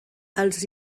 els